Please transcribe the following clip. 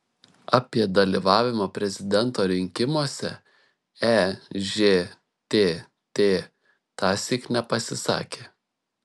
apie dalyvavimą prezidento rinkimuose ežtt tąsyk nepasisakė